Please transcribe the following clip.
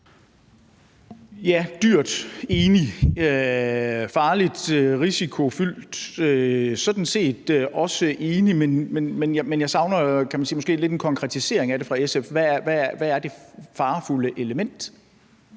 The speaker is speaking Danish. er dyrt – enig. Farligt og risikofyldt er jeg sådan set også enig i, men jeg savner måske lidt en konkretisering af det fra SF. Hvad er det farefulde element?